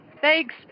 Thanks